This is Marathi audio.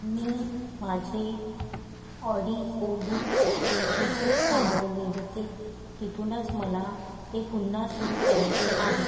मी माझे ऑडिओ बुक जिथे थांबवले होते तिथूनच मला ते पुन्हा सुरू करायचे आहे